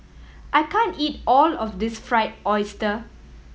I can't eat all of this Fried Oyster